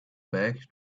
back